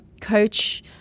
coach